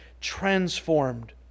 transformed